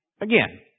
Again